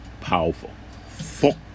powerful